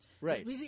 Right